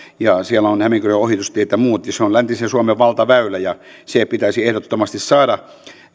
ja siellä ovat hämeenkyrön ohitustiet ja muut se on läntisen suomen valtaväylä ja se pitäisi ehdottomasti saada